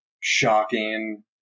shocking